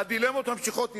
והדילמות ממשיכות להתקיים.